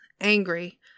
angry